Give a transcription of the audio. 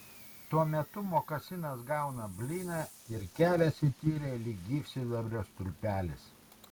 tuo metu mokasinas gauna blyną ir keliasi tyliai lyg gyvsidabrio stulpelis